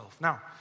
Now